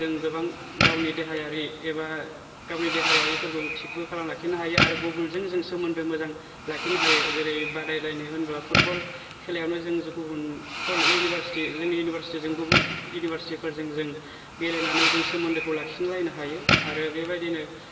जों गोबां गावनि देहायारि एबा गावनि देहायारिफोरखौ थिगबो खालामना लाखिनो हायो आरो गुबुनजों जों सोमोन्दो मोजां लाखिनो हायो जेरै बादायलायनाय होमब्ला पुटबल खेलायावनो जों गुबुन इउनिभारसिटि जोंनि इउनिभारसिटिजों गुबुन इउनिभारसिटिफोरजों जों गेलेनानै जों सोमोन्दोखौ लाखिलायनो हायो आरो बेबादिनो